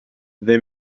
they